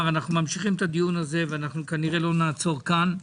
אנחנו ממשיכים את הדיון הזה, וכנראה לא נעצור כאן.